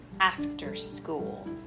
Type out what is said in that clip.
after-school